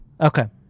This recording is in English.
Okay